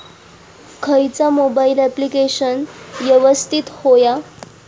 खयचा mobile application यवस्तित होया?